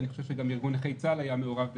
ואני חושב שגם ארגון נכי צה"ל היה מעורב בזה.